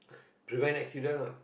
prevent accident lah